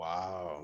Wow